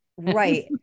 Right